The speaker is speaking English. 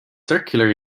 circular